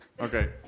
Okay